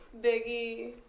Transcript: Biggie